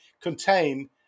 contain